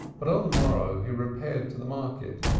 but on the morrow he repaired to the market,